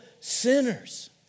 sinners